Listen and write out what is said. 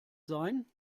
sein